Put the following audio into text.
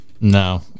No